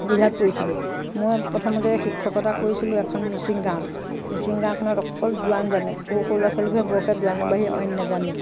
অসুবিধাত পৰিছিলোঁ মই প্ৰথমতে শিক্ষকতা কৰিছিলোঁ এখন মিচিং গাঁৱত মিচিং গাঁওখনত অকল দোৱান জানে সৰু সৰু লৰা ছোৱালীবোৰে বৰকৈ দোৱানৰ বাহিৰে অইন নাজানে